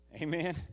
Amen